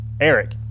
Eric